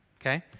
okay